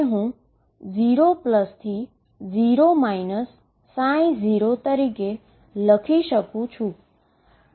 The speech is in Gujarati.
જે હું 0 0 ψ તરીકે લખી શકું છું